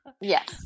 yes